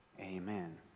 Amen